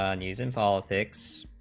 um knees in politics